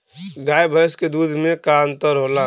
गाय भैंस के दूध में का अन्तर होला?